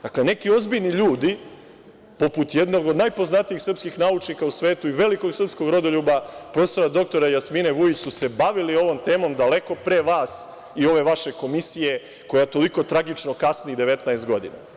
Dakle, neki ozbiljni ljudi, poput jednog od najpoznatijih srpskih naučnika u svetu i velikog srpskog rodoljuba prof. dr Jasmine Vujić, bavili su se ovom temom daleko pre vas i ove vaše komisije, koja toliko tragično kasni 19 godina.